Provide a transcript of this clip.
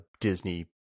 Disney-